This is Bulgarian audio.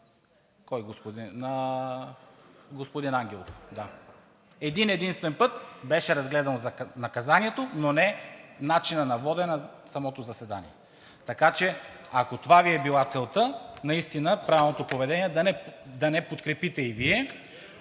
на господин Ангелов. Един-единствен път беше разгледано наказанието, но не начина на водене на самото заседание, така че, ако това Ви е била целта, наистина правилното поведение (председателят дава